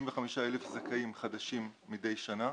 35,000 זכאים חדשים מדי שנה.